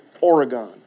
Oregon